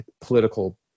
political